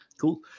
Cool